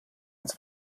ins